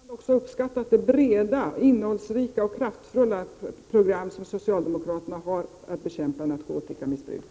Herr talman! Jag hoppas Karin Ahrland också uppskattat det breda, innehållsrika och kraftfulla program som socialdemokraterna har för att bekämpa narkotikamissbruket.